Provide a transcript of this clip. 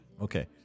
Okay